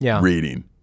reading